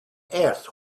earth